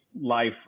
life